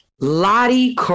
lottie